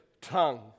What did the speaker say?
tongue